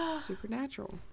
Supernatural